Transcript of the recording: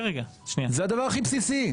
זה הדבר הכי בסיסי.